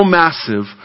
massive